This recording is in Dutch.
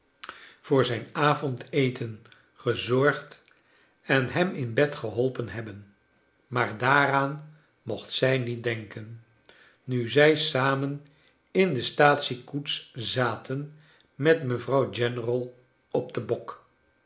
voor zijn avondeten gezorgd en hem in bed g eholpen hebben maar daaraan mocht zij niet denken nu zij samen in de staatsiekoets zaten met mevrouw general op den bok